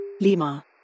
Lima